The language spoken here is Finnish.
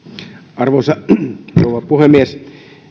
arvoisa rouva puhemies